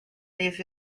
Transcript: les